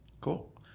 Cool